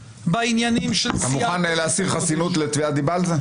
בעניינים של סיעת --- אתה מוכן להסיר חסינות בנושא הזה?